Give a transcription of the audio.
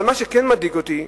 אבל מה שכן מדאיג אותי,